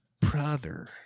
brother